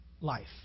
life